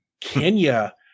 Kenya